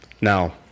Now